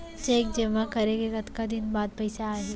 Cheque जेमा करें के कतका दिन बाद पइसा आप ही?